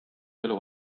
elu